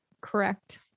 Correct